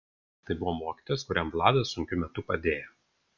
tai buvo mokytojas kuriam vladas sunkiu metu padėjo